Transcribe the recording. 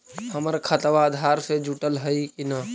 हमर खतबा अधार से जुटल हई कि न?